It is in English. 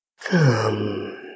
Come